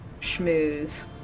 schmooze